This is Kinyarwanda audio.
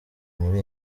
muri